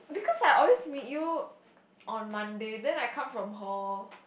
because I always with you on Monday then I come from hall